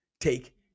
take